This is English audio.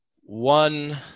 one